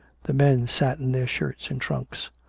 the men sat in their shirts and trunks.